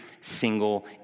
single